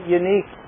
unique